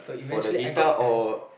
for the guitar or